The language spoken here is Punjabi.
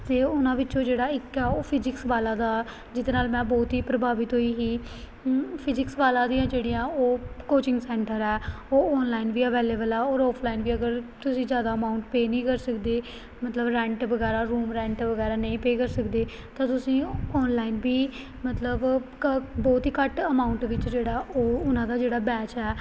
ਅਤੇ ਉਹਨਾਂ ਵਿੱਚੋਂ ਜਿਹੜਾ ਇੱਕ ਹੈ ਉਹ ਫਿਜਿਕਸ ਵਾਲਾ ਦਾ ਜਿਹਦੇ ਨਾਲ ਮੈਂ ਬਹੁਤ ਹੀ ਪ੍ਰਭਾਵਿਤ ਹੋਈ ਸੀ ਫਿਜਿਕਸ ਵਾਲਾ ਦੀਆਂ ਜਿਹੜੀਆਂ ਉਹ ਕੋਚਿੰਗ ਸੈਂਟਰ ਹੈ ਉਹ ਔਨਲਾਈਨ ਵੀ ਅਵੇਲੇਬਲ ਹੈ ਔਰ ਔਫਲਾਇਨ ਵੀ ਅਗਰ ਤੁਸੀਂ ਜ਼ਿਆਦਾ ਅਮਾਊਂਟ ਪੇਅ ਨਹੀਂ ਕਰ ਸਕਦੇ ਮਤਲਬ ਰੈਂਟ ਵਗੈਰਾ ਰੂਮ ਰੈਂਟ ਵਗੈਰਾ ਨਹੀਂ ਪੇਅ ਕਰ ਸਕਦੇ ਤਾਂ ਤੁਸੀਂ ਔਨਲਾਈਨ ਵੀ ਮਤਲਬ ਬਹੁਤ ਹੀ ਘੱਟ ਅਮਾਊਂਟ ਵਿੱਚ ਜਿਹੜਾ ਉਹ ਉਹਨਾਂ ਦਾ ਜਿਹੜਾ ਬੈਚ ਹੈ